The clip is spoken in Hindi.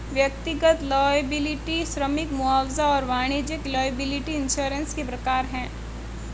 व्यक्तिगत लॉयबिलटी श्रमिक मुआवजा और वाणिज्यिक लॉयबिलटी इंश्योरेंस के प्रकार हैं